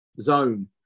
zone